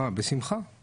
בשמחה.